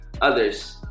others